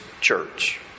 church